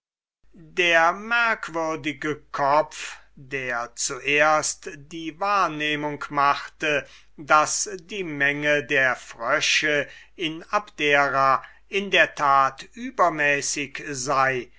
der merkwürdige kopf der zuerst die wahrnehmung machte daß die menge der frösche in abdera in der tat übermäßig sei